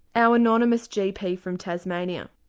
our anonymous gp from tasmania.